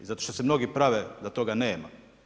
Zato što se mnogi prave da to ga nema.